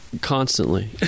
Constantly